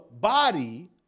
body